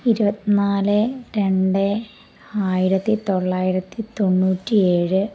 ഇരുപത്തിനാല് രണ്ട് ആയിരത്തിത്തൊള്ളായിരത്തി തൊണ്ണൂറ്റി ഏഴ്